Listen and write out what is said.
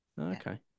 Okay